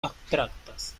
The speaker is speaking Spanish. abstractas